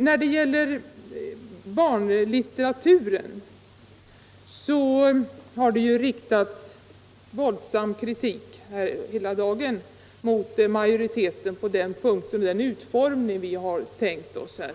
När det gäller barnlitteraturen har det hela dagen riktats våldsam kritik mot majoritetens linje